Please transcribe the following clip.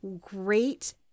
great